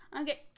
okay